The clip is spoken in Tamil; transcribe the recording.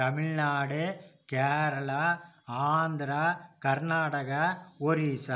தமிழ்நாடு கேரளா ஆந்திரா கர்நாடகா ஒரிசா